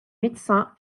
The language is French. médecins